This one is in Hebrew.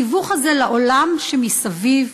התיווך הזה לעולם שמסביב,